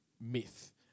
Myth